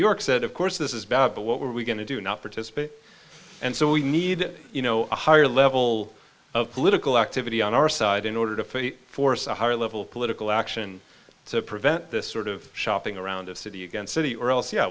york said of course this is bad but what were we going to do not participate and so we need you know a higher level of political activity on our side in order to force a higher level political action to prevent this sort of shopping around a city again city or else y